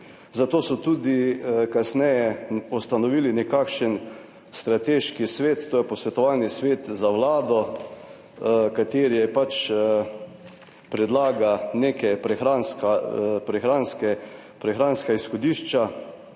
zato so tudi kasneje ustanovili nekakšen strateški svet, to je posvetovalni svet za Vlado, kateri predlaga neka prehranska izhodišča